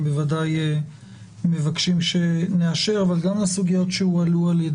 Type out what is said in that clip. בוודאי מבקשים שנאשר אבל גם לסוגיות שהועלו ע"י